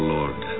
Lord